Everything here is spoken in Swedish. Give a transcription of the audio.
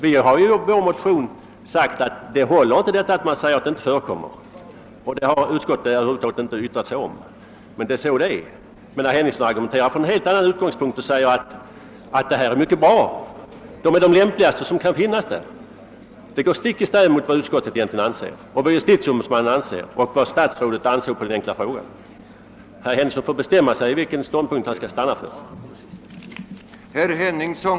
Vi har ju i vår motion framhållit att det inte går att säga att detta inte förekommer, och det har utskottet över huvud taget inte yttrat sig om. Det är så det förhåller sig. Men herr Henningsson argumenterar från en helt annan utgångspunkt och säger att detta är mycket bra — dessa personer är de lämp ligaste som kan sitta i nämnderna. Det går stick i stäv mot vad utskottet egentligen anser, vad justitieombudsmannen ansett och vad statsrådet ansåg i sitt svar på den enkla frågan.